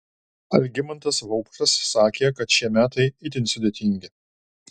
algimantas vaupšas sakė kad šie metai itin sudėtingi